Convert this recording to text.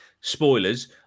Spoilers